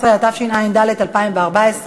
14), התשע"ד 2014,